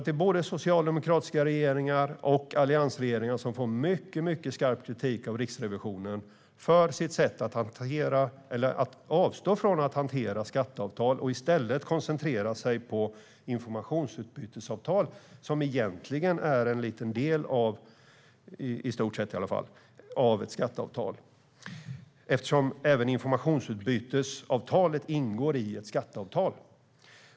Det är både socialdemokratiska regeringar och alliansregeringen som får mycket skarp kritik av Riksrevisionen för sitt sätt att hantera - eller avstå från att hantera - skatteavtal och i stället koncentrera sig på informationsutbytesavtal, som i stort sett är en liten del av skatteavtal, eftersom även informationsutbytesavtal ingår i ett skatteavtal.